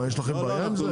מה, יש לכם בעיה עם זה?